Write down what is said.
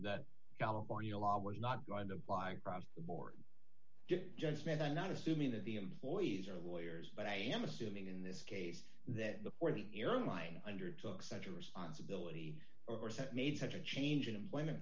that california law was not going to fly across the board judgment i'm not assuming that the employees are lawyers but i am assuming in this case that before the airline undertook such a responsibility or set made such a change in employment